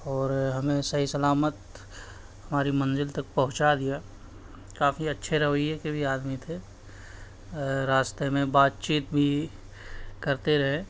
اور ہمیں صحیح سلامت ہماری منزل تک پہنچا دیا کافی اچّھے رویّے کے بھی آدمی تھے راستے میں بات چیت بھی کرتے رہے